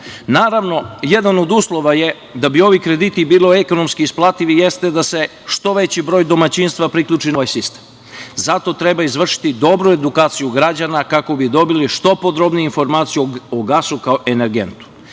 Naravno, jedan od uslova je da bi ovi krediti bili ekonomski isplativi jeste da se što veći broj domaćinstva priključi na ovaj sistem. Zato treba izvršiti dobru edukaciju građana kako bi dobili što podrobnije informacije o gasu kao energentu.